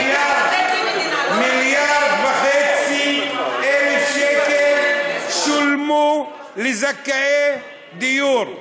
1.5 מיליארד שקל שולמו לזכאי דיור.